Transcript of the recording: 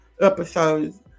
episodes